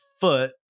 foot